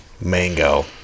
mango